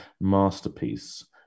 masterpiece